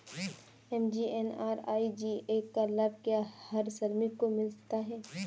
MGNREGA का लाभ क्या हर श्रमिक को मिलता है?